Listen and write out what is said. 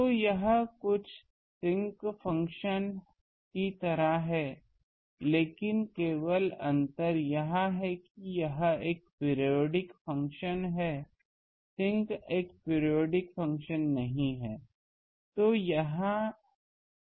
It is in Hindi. तो यह कुछ sinc फ़ंक्शन की तरह है लेकिन केवल अंतर यह है कि यह एक पीरियाडिक फ़ंक्शन है sinc एक पीरियाडिक फ़ंक्शन नहीं है